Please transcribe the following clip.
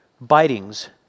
bitings